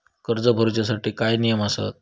कर्ज भरूच्या साठी काय नियम आसत?